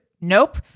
Nope